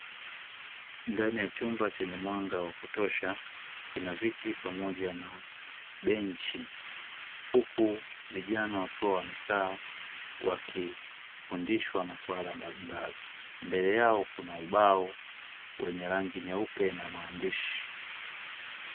Ndani ya chumba chenye mwanga wa kutosha kina viti pamoja na benchi huku vijana wakiwa wamekaa wakifundishwa maswala mbalimbali, mbele yao kuna ubao wenye rangi nyeupe na maandishi.